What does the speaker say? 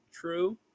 true